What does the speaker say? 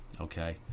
Okay